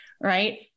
right